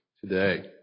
Today